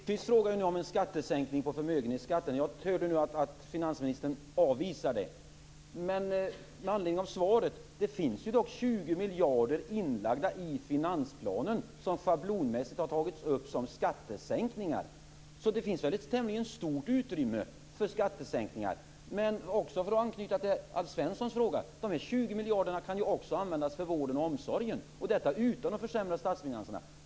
Herr talman! Lennart Hedquist frågade om en skattesänkning på förmögenheter. Jag hörde att finansministern avvisade det. Men det finns dock 20 miljarder inlagda i finansplanen som schablonmässigt har tagits upp som skattesänkningar. Det finns ett tämligen stort utrymme för skattesänkningar. För att anknyta till Alf Svenssons fråga: De 20 miljarderna kan också användas för vården och omsorgen, och detta utan att försämra statsfinanserna.